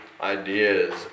ideas